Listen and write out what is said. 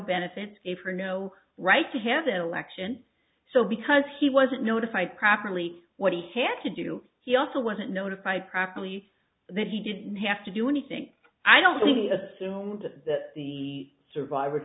benefits gave her no right to have an election so because he wasn't notified properly what he had to do he also wasn't notified properly that he didn't have to do anything i don't think he assumed that the survivor